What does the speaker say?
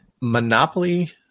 Monopoly